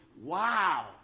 wow